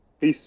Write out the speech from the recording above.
Peace